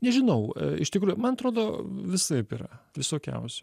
nežinau iš tikrųjų man atrodo visaip yra visokiausių